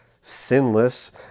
sinless